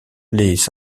les